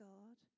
God